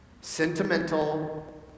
sentimental